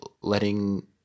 letting